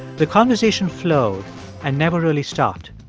the conversation flowed and never really stopped.